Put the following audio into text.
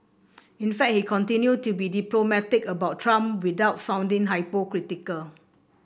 in fact he continued to be diplomatic about Trump without sounding hypocritical